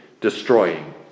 destroying